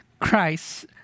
Christ